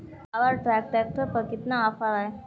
Power track tractor पर कितना offer है?